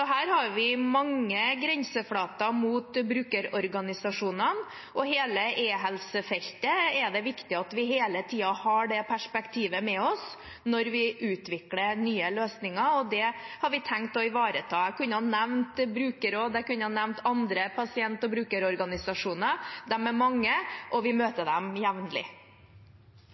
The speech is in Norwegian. her har vi mange grenseflater mot brukerorganisasjonene. På hele e-helsefeltet er det viktig at vi hele tiden har det perspektivet med oss når vi utvikler nye løsninger, og det har vi tenkt å ivareta. Jeg kunne ha nevnt brukerråd, jeg kunne ha nevnt andre pasient- og brukerorganisasjoner, de er mange, og vi møter dem jevnlig.